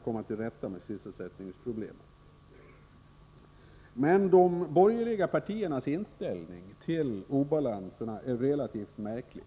— komma till rätta med sysselsättningsproblemen. Men de borgerliga partiernas inställning till obalanserna är märklig.